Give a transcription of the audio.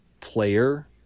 player